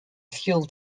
fuel